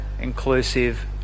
inclusive